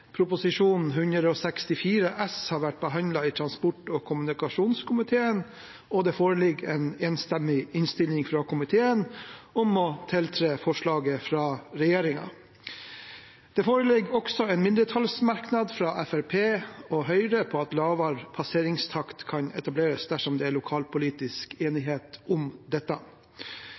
164 S for 2016–2017 har vært behandlet i transport- og kommunikasjonskomiteen, og det foreligger en enstemmig innstilling fra komiteen om å tiltre forslaget fra regjeringen. Det foreligger også en mindretallsmerknad fra Fremskrittspartiet og Høyre om at lavere passeringstak kan etableres dersom det er lokalpolitisk enighet om